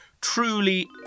truly